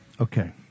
Okay